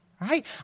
right